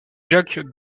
jacques